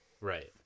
Right